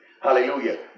Hallelujah